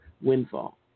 windfall